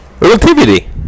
Relativity